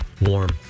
warm